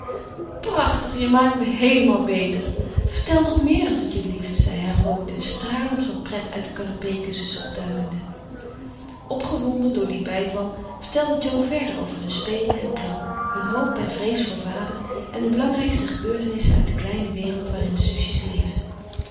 prachtig je maakt me heelemaal beter vertel nog meer als t je blieft zei hij rood en stralend van pret uit de canapékussens opduikende opgewonden door dien bijval vertelde jo verder over hun spelen en plannen hun hoop en vrees voor vader en de belangrijkste gebeurtenissen uit de kleine wereld waarin de zusjes leefden